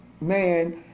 man